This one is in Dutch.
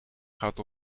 gaat